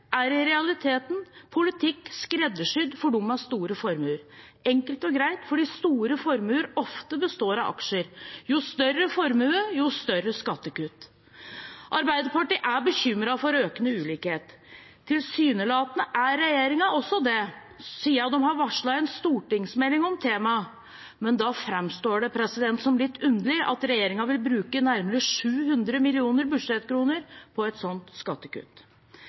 er i realiteten politikk skreddersydd for dem med store formuer – enkelt og greit fordi store formuer ofte består av aksjer. Jo større formue, jo større skattekutt. Arbeiderpartiet er bekymret for økende ulikhet. Tilsynelatende er regjeringen også det, siden de har varslet en stortingsmelding om temaet. Men da framstår det som litt underlig at regjeringen vil bruke nærmere 700 millioner budsjettkroner på et sånt skattekutt.